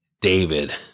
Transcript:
David